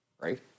Right